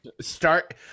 Start